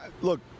look